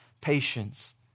patience